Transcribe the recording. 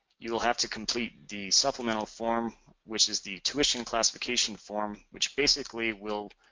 you will have to complete the supplemental form, which is the tuition classification form, which basically we'll